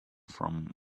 from